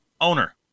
owner